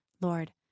Lord